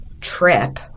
trip